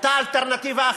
הייתה אלטרנטיבה,